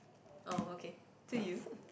oh okay to you